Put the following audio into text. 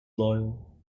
loyal